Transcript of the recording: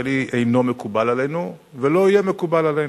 אינו מקובל עלינו ולא יהיה מקובל עלינו.